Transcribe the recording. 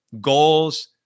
Goals